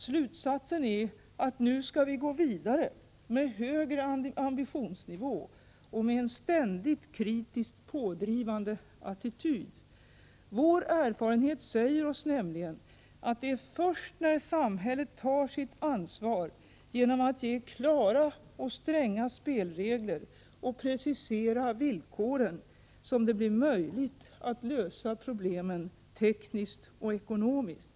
Slutsatsen är att vi nu skall gå vidare, med högre ambitionsnivå och med en ständigt kritiskt pådrivande attityd. Våra erfarenheter säger oss nämligen att det är först när samhället tar sitt ansvar genom att ge klara och stränga spelregler och precisera villkoren som det blir möjligt att lösa problemen tekniskt och ekonomiskt.